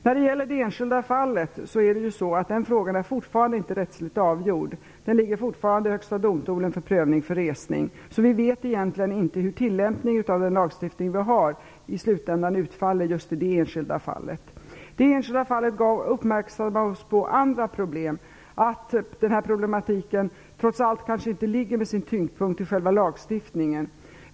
När det gäller det enskilda fallet är frågan ännu inte rättsligt avgjord. Den ligger fortfarande i Högsta domstolen för prövning av resning. Vi vet alltså egentligen inte hur tillämpningen av den lagstiftning vi har utfaller i slutändan i just det enskilda fallet. Det enskilda fallet gjorde oss uppmärksamma på att den här problematikens tyngdpunkt kanske trots allt inte ligger på själva lagstiftningen.